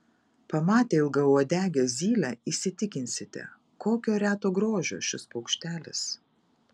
pamatę ilgauodegę zylę įsitikinsite kokio reto grožio šis paukštelis